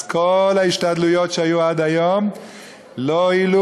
אז כל ההשתדלויות שהיו עד היום לא הועילו